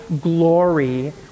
glory